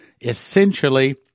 Essentially